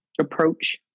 approach